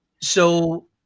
So-